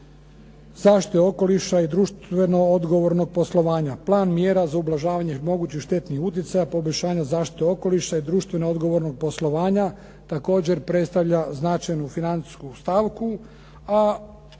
zaštite okoliša i društveno odgovornog poslovanja. Plan mjera za ublažavanje mogućih štetnih utjecaja, poboljšanja zaštite okoliša i društveno odgovornog poslovanja također predstavlja značajnu financijsku stavku,